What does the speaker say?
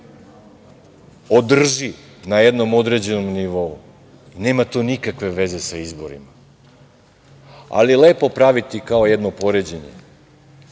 održi na jednom određenom nivou. Nema to nikakve veze sa izborima, ali je lepo praviti kao jedno poređenje.